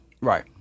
Right